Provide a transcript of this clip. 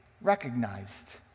recognized